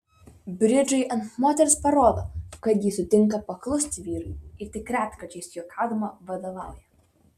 bridžai ant moters parodo kad ji sutinka paklusti vyrui ir tik retkarčiais juokaudama vadovauja